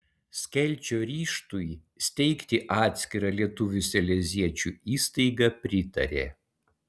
skelčio ryžtui steigti atskirą lietuvių saleziečių įstaigą pritarė